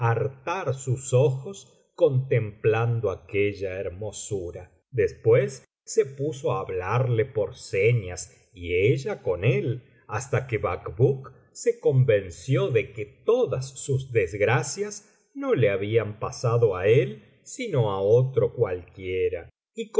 hartar sus ojos contemplando aquella hermosura después se puso á hablarle por señas y ella con él hasta que bacbuk se convenció de que todas sus desgracias no le habían pasado á él sino á otro cualquiera